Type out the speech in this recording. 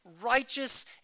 righteous